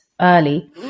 early